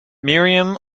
miriam